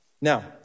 Now